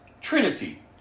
Trinity